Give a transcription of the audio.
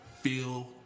feel